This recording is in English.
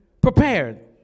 prepared